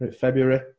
February